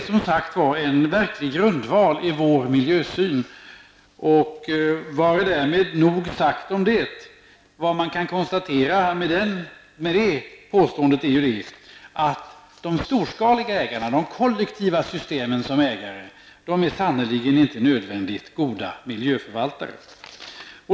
Detta är en verklig grundval i moderata samlingspartiets miljösyn, och vare därmed nog sagt om detta. Med detta kan man konstatera att de storskaliga ägarna de kollektiva systemen som ägare -- sannerligen inte nödvändigtvis -- goda miljöförvaltare.